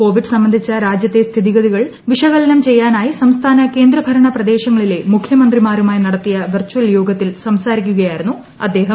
Covid സംബന്ധിച്ച രാജ്യത്തെ സ്ഥിതിഗതികൾ വിശകലനം ചെയ്യാനായി സംസ്ഥാന കേന്ദ്രഭരണ പ്രദേശങ്ങളിലെ മുഖ്യമന്ത്രിമാരുമായി നടത്തിയ വെർച്വൽ യോഗത്തിൽ സംസാരിക്കുകയായിരുന്നു അദ്ദേഹം